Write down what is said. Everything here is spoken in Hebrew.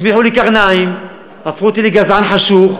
הצמיחו לי קרניים, הפכו אותי לגזען חשוך,